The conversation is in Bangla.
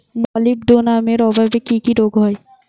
মলিবডোনামের অভাবে কি কি রোগ হয়?